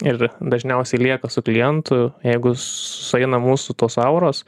ir dažniausiai lieka su klientu jeigu sueina mūsų tos auros